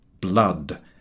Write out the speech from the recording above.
blood